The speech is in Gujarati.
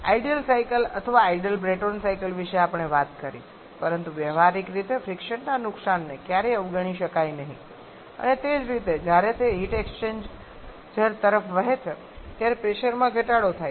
આઇડલ સાયકલ અથવા આઇડલ બ્રેટોન સાયકલ વિશે આપણે વાત કરી છે પરંતુ વ્યવહારિક રીતે ફ્રીક્શનના નુકસાનને ક્યારેય અવગણી શકાય નહીં અને તે જ રીતે જ્યારે તે હીટ એક્સ્ચેન્જર તરફ વહે છે ત્યારે પ્રેશરમાં ઘટાડો થાય છે